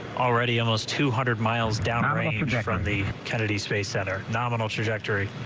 already almost two hundred miles down range from the kennedy space center nominal trajectory.